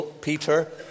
Peter